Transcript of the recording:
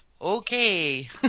Okay